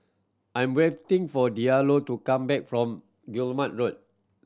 I'm waiting for Diallo to come back from Guillemard Road